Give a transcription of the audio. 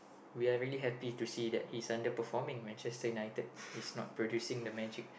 we are really happy to see that he's underperforming Manchester-United he's not producing the magic